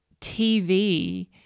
TV